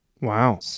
Wow